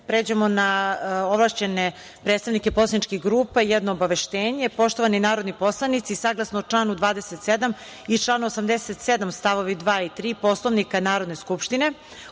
pređemo na ovlašćene predstavnike poslaničkih grupa, jedno obaveštenje. Poštovani narodni poslanici, saglasno članu 27. i članu 87. stavovi 2. i 3. Poslovnika Narodne skupštine,